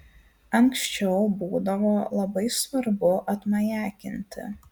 anksčiau būdavo labai svarbu atmajakinti